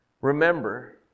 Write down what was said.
Remember